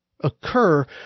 occur